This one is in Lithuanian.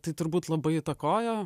tai turbūt labai įtakojo